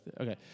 Okay